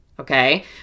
Okay